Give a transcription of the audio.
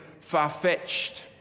far-fetched